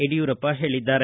ಯಡಿಯೂರಪ್ಪ ಹೇಳಿದ್ದಾರೆ